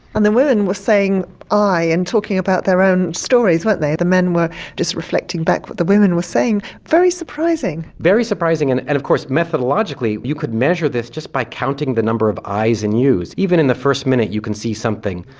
and the women were saying i and talking about their own stories weren't they the men were just reflecting back what the women were saying very surprising. very surprising, and and of course methodologically you could measure this just be counting the number of i's and you's' even in the first minute you can see something.